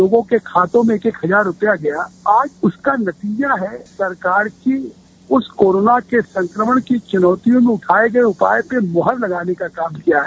लोगो के खाते में एक एक हजार रूपया गया आज उसका नतीजा है सरकार की उस कोरोना के संक्रमण की चुनौतियों में उठाये गए उपायों पे मोहर लगाने का काम किया है